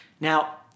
Now